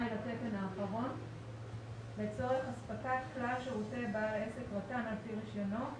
לצורך אספקת כלל שירותי בעל עסק רט"ן לפי רישיונו,